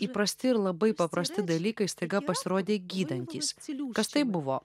įprasti ir labai paprasti dalykai staiga pasirodė gydantys kas tai buvo